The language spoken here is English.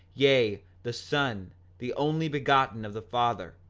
yea, the son, the only begotten of the father,